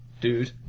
Dude